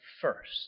first